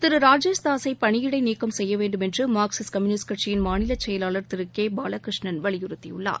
திருராஜேஷ் தாஸை பணியிடைநீக்கம் செய்யவேண்டுமென்றுமார்க்சிஸ்ட் communist கட்சியின் மாநிலச் செயலாளர் திருகேபாலகிருஷ்ணன் வலியுறுத்தியுள்ளார்